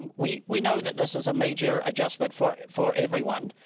um we we know that this is a major adjustment for for everyone.